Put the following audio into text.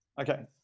Okay